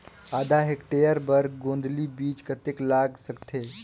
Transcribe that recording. आधा हेक्टेयर बर गोंदली बीच कतेक लाग सकथे?